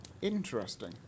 Interesting